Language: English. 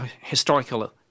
historical